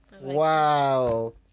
Wow